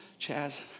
Chaz